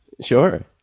Sure